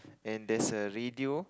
and there's a radio